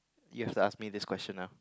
you have to ask me this question lah